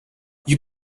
you